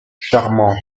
charmante